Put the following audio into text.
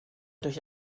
durch